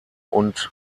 und